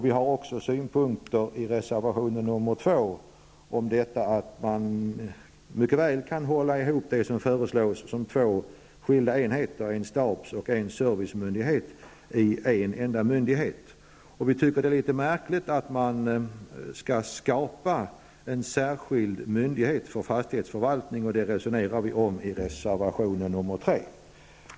Vi har framfört synpunkter på detta i reservation 2 och tycker att man mycket väl kan hålla ihop en myndighet som nu föreslås bli två skilda enheter, en stabs och en servicemyndighet. Vi tycker att det är litet märkligt att det skall skapas en särskild myndighet för fastighetsförvaltningen, och det resonerar vi om i reservation 3.